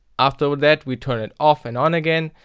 after that we turn it off and on again.